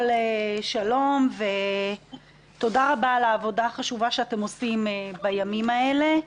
שלום ותודה רבה על העבודה החשובה שאתם עושים בימים האלה.